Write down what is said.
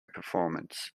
performance